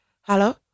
Hello